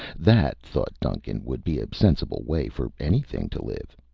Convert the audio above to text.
that, thought duncan, would be a sensible way for anything to live.